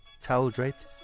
towel-draped